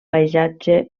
paisatge